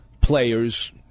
players